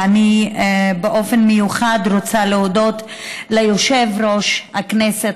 באופן מיוחד אני רוצה להודות ליושב-ראש הכנסת,